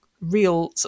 real